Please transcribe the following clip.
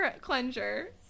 cleanser